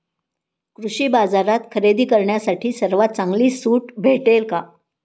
कृषी बाजारात खरेदी करण्यासाठी सर्वात चांगली सूट भेटेल का?